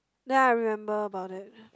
then I remember about it